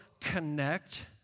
connect